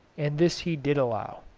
and this he did allow.